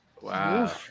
wow